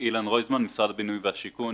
אילן רויזמן, משרד הבינוי והשיכון.